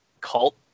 cult